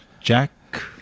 jack